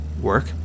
Work